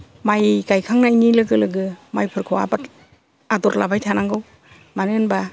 माइ गायखांनायनि लोगो लोगो माइफोरखौ आबाद आदर लाबाय थानांगौ मानो होनबा